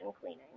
cleaning